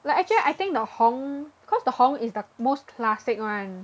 like actually I think the 红 cause the 红 is the most classic [one]